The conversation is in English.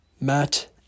Matt